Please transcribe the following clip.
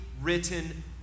written